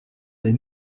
les